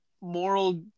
moral